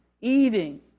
eating